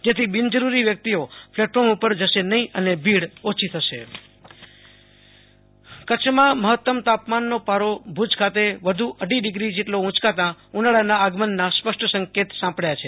જેથી બિનજરૂરી વ્યક્તિઓ પ્લેટફોર્મ પર જશે નહી અને ભીડ ઓછી થશે આશુ તોષ અંતાણી ક ચ્છ હવામાન કચ્છમાં મહત્તમ તાપમાનનો પારો ભુજ ખાતે વધુ અઢી ડીગ્રી ઉચકાતા ઉનાળાના આગમનના સ્પષ્ટ સંકેત સાંપડ્યા છે